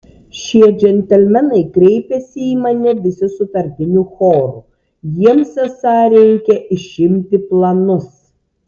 šie džentelmenai kreipėsi į mane visi sutartiniu choru jiems esą reikia išimti planus